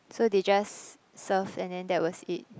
so they just serve and then that was it